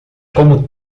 como